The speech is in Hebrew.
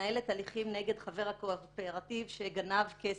שמנהלת הליכים נגד חבר הקואופרטיב שגנב כסף.